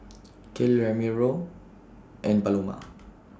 Kale Ramiro and Paloma